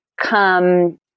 come